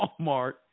Walmart